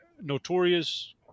notorious